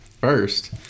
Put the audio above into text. first